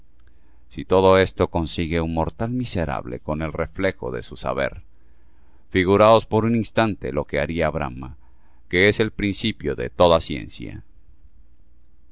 si todo esto consigue un mortal miserable con el reflejo de su saber figuraos por un instante lo que haría brahma que es el principio de toda ciencia